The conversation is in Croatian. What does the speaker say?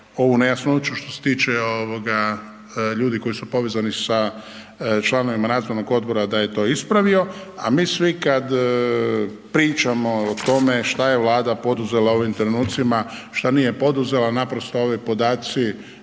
ovu nejasnoću što se tiče ovoga ljudi koji su povezani sa članovima nadzornog odbora da je to ispravio. A mi svi kad pričamo o tome šta je Vlada poduzela u ovim trenucima, šta nije poduzela, naprosto ovi podaci